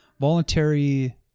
Voluntary